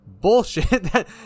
Bullshit